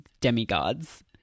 demigods